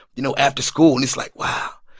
you know, after school. and it's like, wow,